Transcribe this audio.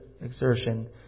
exertion